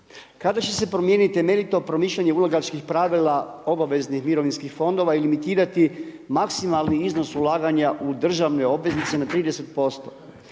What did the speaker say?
Kada će se promijeniti meritum promišljanje ulagačkih pravila obveznih mirovinskih fondova ili miritirati maksimalni iznos ulaganja u državne obveznice na 30%.